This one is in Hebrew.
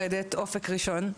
אופק ראשון.